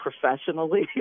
professionally